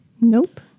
Nope